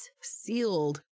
sealed